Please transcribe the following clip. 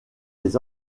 des